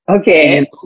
Okay